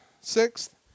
Sixth